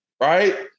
right